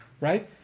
right